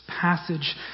passage